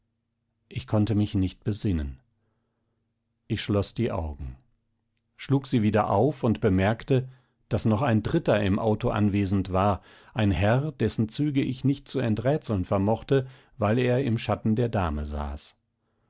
ich konnte mich nicht besinnen ich schloß die augen schlug sie wieder auf und bemerkte daß noch ein dritter im auto anwesend war ein herr dessen züge ich nicht zu enträtseln vermochte weil er im schatten der dame saß